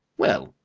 well,